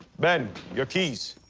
ben, your keys.